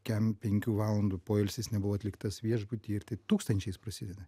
kem penkių valandų poilsis nebuvo atliktas viešbuty ir tai tūkstančiais prasideda